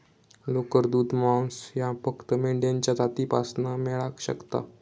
लोकर, दूध, मांस ह्या फक्त मेंढ्यांच्या जातीपासना मेळाक शकता